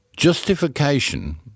Justification